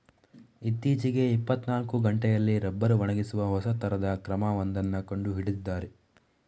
ಇತ್ತೀಚೆಗೆ ಇಪ್ಪತ್ತನಾಲ್ಕು ಗಂಟೆಯಲ್ಲಿ ರಬ್ಬರ್ ಒಣಗಿಸುವ ಹೊಸ ತರದ ಕ್ರಮ ಒಂದನ್ನ ಕಂಡು ಹಿಡಿದಿದ್ದಾರೆ